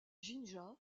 jinja